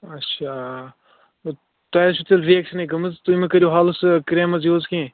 اَچھا تۄہہِ آسوٕ تیٚلہِ رِیکشَنٕے گٲمٕژ تُہۍ مہٕ کٔرِو حالَس کرٛیٖمٕز یوٗز کیٚنٛہہ